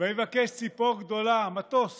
ויבקש ציפור גדולה, מטוס